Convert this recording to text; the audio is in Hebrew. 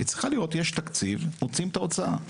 היא צריכה לראות יש תקציב מוציאים את ההוצאה.